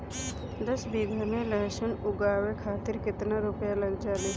दस बीघा में लहसुन उगावे खातिर केतना रुपया लग जाले?